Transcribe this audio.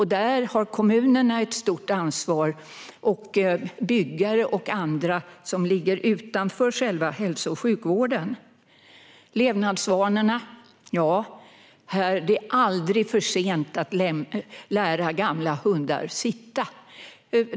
Här har kommunerna, byggare och andra som ligger utanför själva hälso och sjukvården ett stort ansvar. Vad gäller levnadsvanor är det aldrig för sent att lära gamla hundar sitta.